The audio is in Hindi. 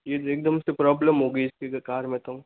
ये एकदम से प्रॉब्लेम हो गई इसी कार में तो